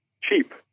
cheap